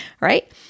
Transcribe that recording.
Right